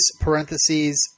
Parentheses